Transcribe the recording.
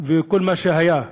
וכל מה שהיה,